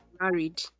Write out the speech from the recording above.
married